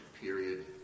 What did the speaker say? period